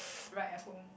right at home